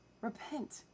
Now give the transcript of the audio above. repent